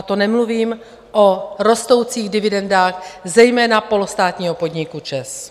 To nemluvím o rostoucích dividendách, zejména polostátního podniku ČEZ.